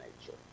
nature